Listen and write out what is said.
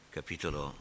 Capitolo